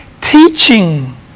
Teaching